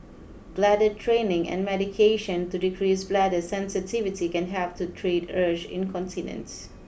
bladder training and medication to decrease bladder sensitivity can help to treat urge incontinence